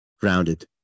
grounded